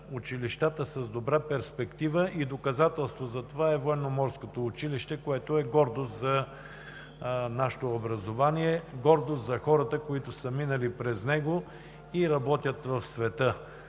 училищата с добра перспектива. Доказателство за това е Военноморското училище, което е гордост за нашето образование, гордост за хората, които са минали през него и работят по света.